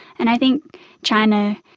and i think china,